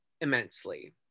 immensely